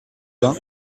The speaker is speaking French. bains